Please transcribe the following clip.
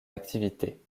activité